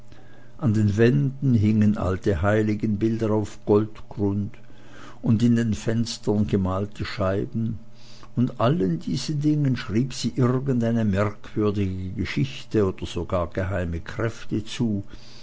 an den wänden hingen alte heiligenbilder auf goldgrund und in den fenstern gemalte scheiben und allen diesen dingen schrieb sie irgendeine merkwürdige geschichte oder sogar geheime kräfte zu